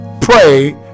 pray